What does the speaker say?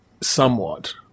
somewhat